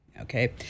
okay